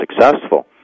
successful